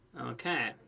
Okay